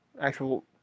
actual